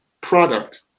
product